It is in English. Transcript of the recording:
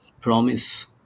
promise